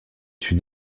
une